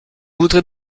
voudrais